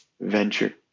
venture